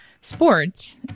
sports